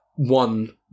one